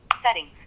Settings